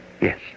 Yes